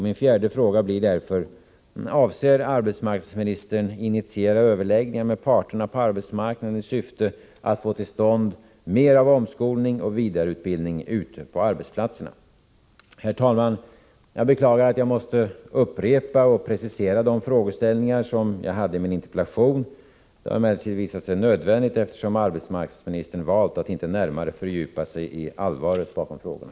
Min fjärde fråga blir därför: Avser arbetsmarknadsministern initiera överläggningar med parterna på arbetsmarknaden i syfte att få till stånd mer omskolning och vidareutbildning ute på arbetsplatserna? Herr talman! Jag beklagar att jag måste upprepa och precisera de frågeställningar som jag hade i min interpellation. Det har emellertid visat sig vara nödvändigt, eftersom arbetsmarknadsministern valt att inte närmare fördjupa sig i allvaret bakom frågorna.